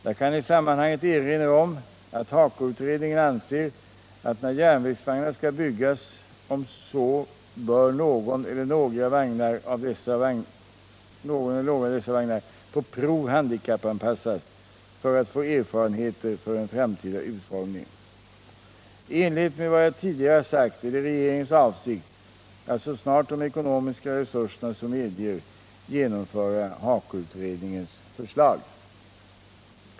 Jag kan i sammanhanget erinra om att HAKO utredningen anser att när järnvägsvagnar skall byggas om så bör någon eller några av dessa vagnar på prov handikappanpassas för att man skall få erfarenheter för en framtida utformning. I enlighet med vad jag tidigare har sagt är det regeringens avsikt att så snart de ekonomiska resurserna så medger genomföra HAKO-utredningens förslag.